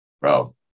Bro